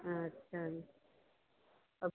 अच्छा जी अब